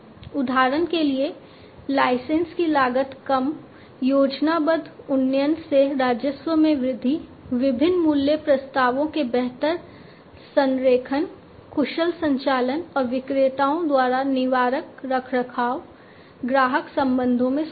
उदाहरण के लिए लाइसेंस की लागत कम योजनाबद्ध उन्नयन से राजस्व में वृद्धि विभिन्न मूल्य प्रस्तावों के बेहतर संरेखण कुशल संचालन और विक्रेताओं द्वारा निवारक रखरखाव ग्राहक संबंधों में सुधार